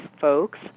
folks